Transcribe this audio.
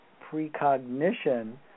precognition